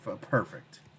Perfect